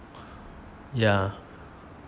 ya